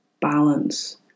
balance